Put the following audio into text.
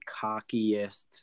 cockiest